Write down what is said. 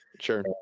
Sure